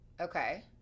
Okay